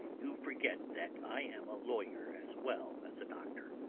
you forget that i am a lawyer as well as a doctor.